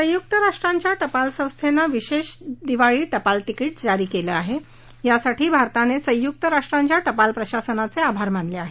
संयुक्त राष्ट्रांच्या टपाल संस्थेनं विशेष दिवाळी टपाल तिकीट जारी केलं आहे यासाठी भारताने संयुक्त राष्ट्रांच्या टपाल प्रशासनाचे आभार मानले आहेत